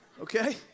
Okay